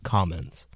Commons